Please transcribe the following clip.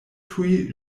tuj